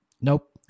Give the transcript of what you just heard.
Nope